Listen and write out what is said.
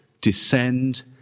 descend